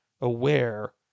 aware